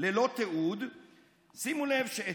רמלה, לוד, באר שבע,